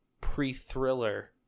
pre-thriller